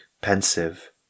pensive